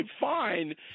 fine